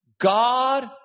God